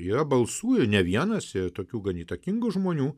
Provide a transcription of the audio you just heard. yra balsų ir ne vienas ir tokių gan įtakingų žmonių